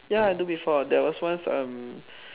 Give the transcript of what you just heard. ya I do before there was once um